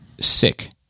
Sick